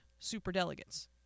superdelegates